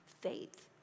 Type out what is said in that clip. faith